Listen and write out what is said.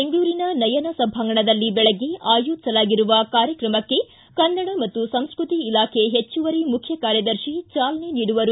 ಬೆಂಗಳೂರಿನ ನಯನ ಸಭಾಂಗಣದಲ್ಲಿ ಬೆಳಗ್ಗೆ ಆಯೋಜಿಸಲಾಗಿರುವ ಕಾರ್ಯಕ್ರಮಕ್ಕೆ ಕನ್ನಡ ಮತ್ತು ಸಂಸ್ಕೃತಿ ಇಲಾಖೆ ಹೆಚ್ಚುವರಿ ಮುಖ್ಯ ಕಾರ್ಯದರ್ಶಿ ಚಾಲನೆ ನೀಡುವರು